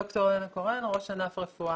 אני ד"ר לנה קורן, ראש ענף רפואה.